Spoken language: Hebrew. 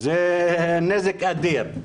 זהו נזק אדיר.